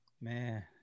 Man